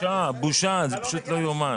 זה פשוט לא יאומן.